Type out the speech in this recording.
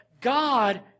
God